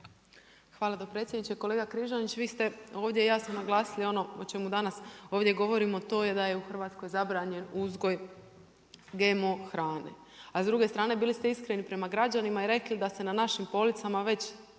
Hvala dopredsjedniče. Kolega Križanić, vi ste ovdje jasno naglasili ono o čemu danas ovdje govorimo to je da je u Hrvatskoj zabranjen uzgoj GMO hrane. A s druge strane bili ste iskreni prema građanima i rekli da se našim policama već